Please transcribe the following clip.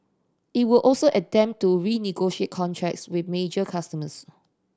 it would also attempt to renegotiate contracts with major customers